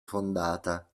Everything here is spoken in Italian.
fondata